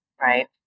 right